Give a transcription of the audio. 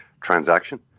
transaction